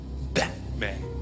Batman